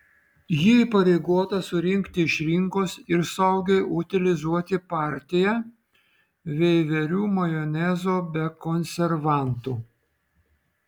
ji įpareigota surinkti iš rinkos ir saugiai utilizuoti partiją veiverių majonezo be konservantų